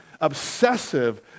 obsessive